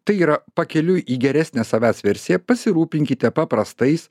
tai yra pakeliui į geresnę savęs versiją pasirūpinkite paprastais